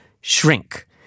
shrink